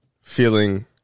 feeling